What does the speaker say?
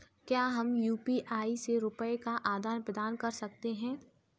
क्या हम यू.पी.आई से रुपये का आदान प्रदान कर सकते हैं?